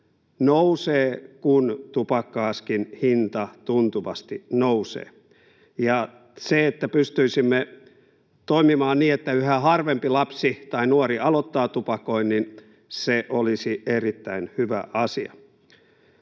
nousee, kun tupakka-askin hinta tuntuvasti nousee. Se, että pystyisimme toimimaan niin, että yhä harvempi lapsi tai nuori aloittaa tupakoinnin, olisi erittäin hyvä asia.